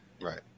Right